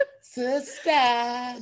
Sister